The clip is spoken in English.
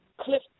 Cliff